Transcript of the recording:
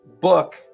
book